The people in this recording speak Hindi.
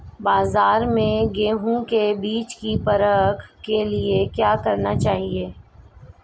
बाज़ार में गेहूँ के बीज की परख के लिए क्या करना चाहिए?